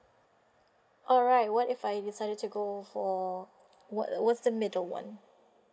alright what if I decided to go for what what's the middle [one]